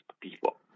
people